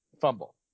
fumble